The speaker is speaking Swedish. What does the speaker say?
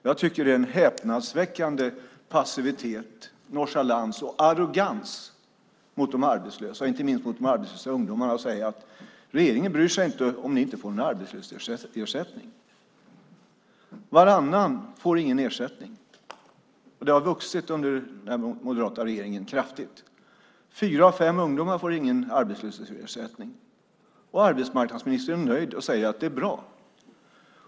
Jag tycker att det är en häpnadsväckande passivitet, nonchalans och arrogans mot de arbetslösa, inte minst mot de arbetslösa ungdomarna, att säga att regeringen inte bryr sig om att de inte får någon arbetslöshetsersättning. Varannan får ingen ersättning. Antalet har vuxit kraftigt under den moderata regeringen. Fyra av fem ungdomar får ingen arbetslöshetsersättning, och arbetsmarknadsministern är nöjd och säger att det är bra.